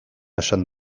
esan